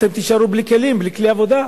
אתם תישארו בלי כלים, בלי כלי עבודה.